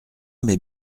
mes